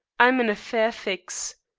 i'm in a fair fix.